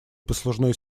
послужной